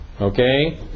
Okay